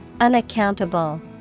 Unaccountable